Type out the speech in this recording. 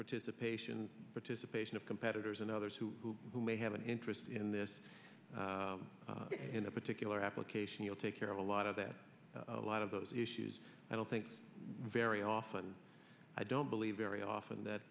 participation participation of competitors and others who may have an interest in this in a particular application you'll take care of a lot of that a lot of those issues i don't think very often i don't believe very often that